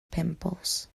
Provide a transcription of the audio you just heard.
pimples